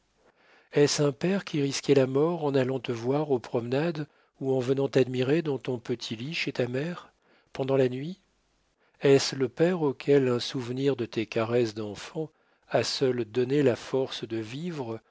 est-ce un père qui risquait la mort en allant te voir aux promenades ou en venant t'admirer dans ton petit lit chez ta mère pendant la nuit est-ce le père auquel un souvenir de tes caresses d'enfant a seul donné la force de vivre